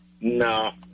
No